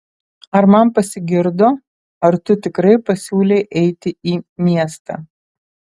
ar man pasigirdo ar tu tikrai pasiūlei eiti į miestą